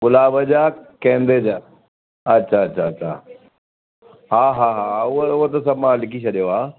गुलाब जा गेंदे जा अच्छा अच्छा अच्छा हा हा हा उहो उहो त सभु मां लिखी छॾियो आहे